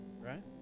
right